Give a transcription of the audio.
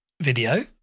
video